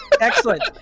Excellent